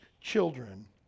children